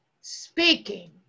speaking